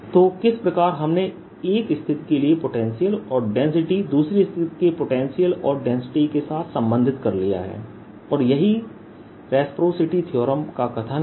तो किस प्रकार हमने एक स्थिति के लिए पोटेंशियल और डेंसिटी दूसरी स्थिति के पोटेंशियल और डेंसिटी के साथ संबंधित कर लिया है और यही रेसप्रासिटी थीअरम का कथन है